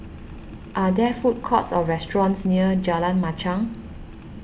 are there food courts or restaurants near Jalan Machang